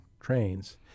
trains